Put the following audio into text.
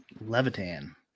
Levitan